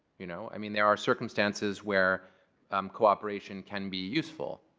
you know i mean there are circumstances where um cooperation can be useful.